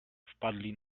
wpadli